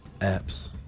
apps